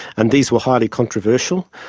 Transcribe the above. and these were highly controversial.